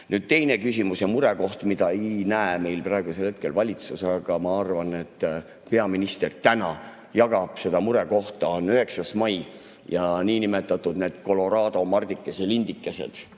Teine küsimus ja murekoht, mida ei näe meil praegusel hetkel valitsus, aga ma arvan, et peaminister jagab seda murekohta. See on 9. mai ja niinimetatud need koloraado mardika lindikesed